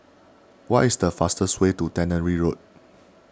what is the fastest way to Tannery Road